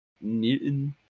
Newton